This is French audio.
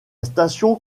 station